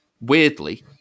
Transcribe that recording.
weirdly